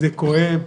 זה כואב,